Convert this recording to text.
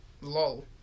Lol